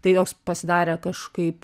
tai jos pasidarė kažkaip